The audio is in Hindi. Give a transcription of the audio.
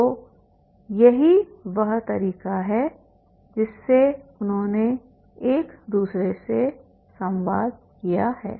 तो यही वह तरीका है जिससे उन्होंने एक दूसरे से संवाद किया है